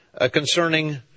concerning